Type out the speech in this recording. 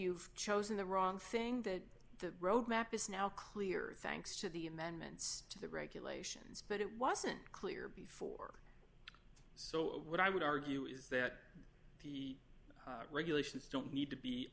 you've chosen the wrong thing that the road map is now clear thanks to the amendments to the regulations but it wasn't clear before so what i would argue is that the regulations don't need to be